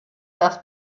das